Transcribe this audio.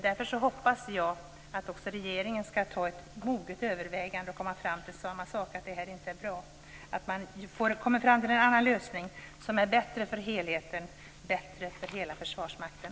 Därför hoppas jag att också regeringen skall ta ett moget övervägande och komma fram till samma sak, att det här inte är bra, och kommer fram till en annan lösning som är bättre för helheten och bättre för hela Försvarsmakten.